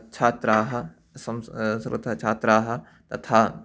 छात्राः संस्थाः सर्वथा छात्राः तथा